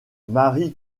mari